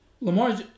Lamar